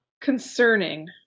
Concerning